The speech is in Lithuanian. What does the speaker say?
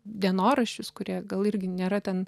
dienoraščius kurie gal irgi nėra ten